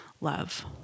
love